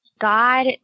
God